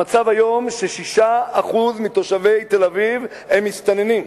המצב היום הוא ש-6% מתושבי תל-אביב הם מסתננים,